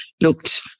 looked